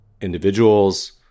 individuals